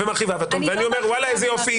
אני אומר איזה יופי,